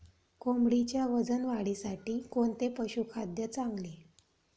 कोंबडीच्या वजन वाढीसाठी कोणते पशुखाद्य चांगले?